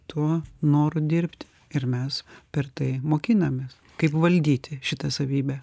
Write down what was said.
tuo noru dirbti ir mes per tai mokinamės kaip valdyti šitą savybę